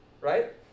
Right